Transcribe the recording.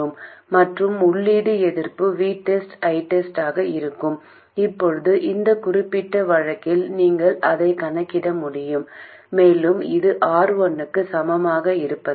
எனவே இங்குள்ள இந்த VGS என்பது எதிர்ப்புப் பிரிப்பான் விகித நேரங்கள் VTEST யைத் தவிர வேறில்லைVGS Rs RG RsVTEST